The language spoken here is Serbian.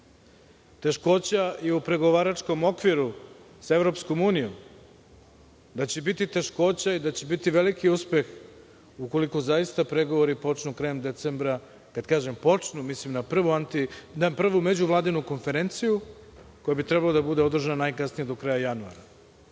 teškoća i u pregovaračkom okviru sa EU, da će biti teškoća i da će biti veliki uspeh ukoliko zaista pregovori počnu krajem decembra, kad kažem počnu, mislim na prvu međuvladinu konferenciju koja bi trebalo da bude održana najkasnije do kraja januara.Međutim,